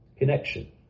connection